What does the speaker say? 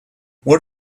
what